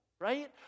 right